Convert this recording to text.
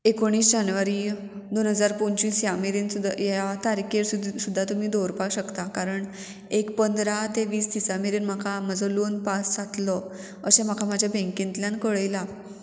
एकोणीस जानेवारी दोन हजार पंचवीस ह्या मेरेन सुद्दा ह्या तारखेर सुद्दां तुमी दवरपाक शकता कारण एक पंदरा ते वीस दिसा मेरेन म्हाका म्हाजो लोन पास जातलो अशें म्हाका म्हाज्या बँकेतल्यान कळयलां